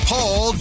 Paul